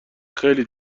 خیلی